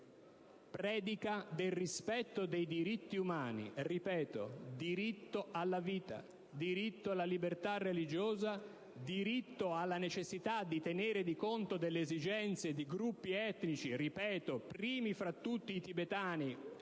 predica del rispetto dei diritti umani - ripeto: diritto alla vita, diritto alla libertà religiosa, diritto alla necessità di tenere di conto delle esigenze di gruppi etnici, primi fra tutti i tibetani,